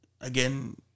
again